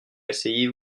asseyez